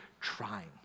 trying